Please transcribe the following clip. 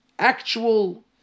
actual